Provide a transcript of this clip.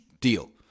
deal